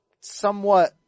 somewhat